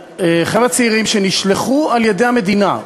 חבר'ה צעירים שנשלחו על-ידי המדינה.